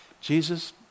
Jesus